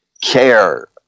care